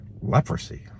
Leprosy